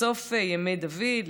בסוף ימי דוד,